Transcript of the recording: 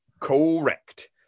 Correct